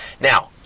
Now